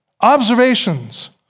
Observations